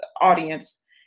audience